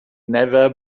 never